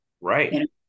Right